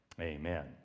Amen